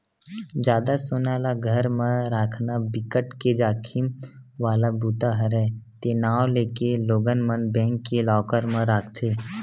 जादा सोना ल घर म राखना बिकट के जाखिम वाला बूता हरय ते नांव लेके लोगन मन बेंक के लॉकर म राखथे